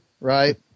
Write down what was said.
right